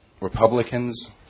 Republicans